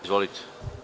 Izvolite.